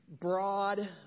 broad